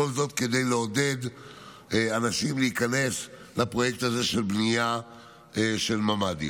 כל זאת כדי לעודד אנשים להיכנס לפרויקט של בניית ממ"דים.